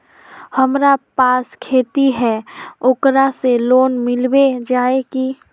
हमरा पास खेती है ओकरा से लोन मिलबे जाए की?